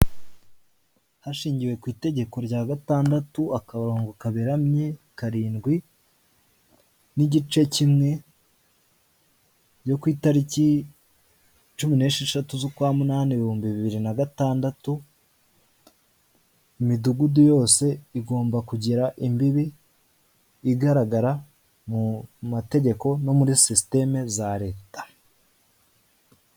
Hashingiwe ku itegeko rya gatandatu akarongo kaberamye karindwi n'igice kimwe byo ku itariki cumi n'esheshatu z'ukwa munani ibihumbi bibiri na gatandatu imidugugu yose igomba kugira imbibi igaragara mu mategeko no muri system za Leta.